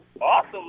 Awesome